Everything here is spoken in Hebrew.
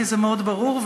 כי זה מאוד ברור,